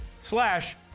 slash